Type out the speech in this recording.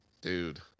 dude